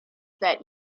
that